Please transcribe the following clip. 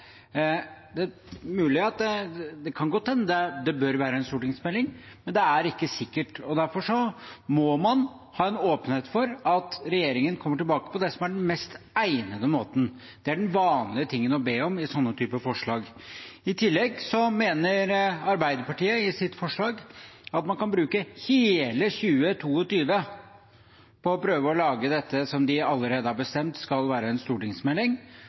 Det kan godt hende det bør være en stortingsmelding, men det er ikke sikkert, og derfor må man ha en åpenhet for at regjeringen kommer tilbake på det som er den mest egnede måten. Det er det vanlige å be om i denne typen forslag. I tillegg mener Arbeiderpartiet i sitt forslag at man kan bruke hele 2022 på å prøve å lage det som de allerede har bestemt skal være en stortingsmelding,